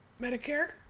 Medicare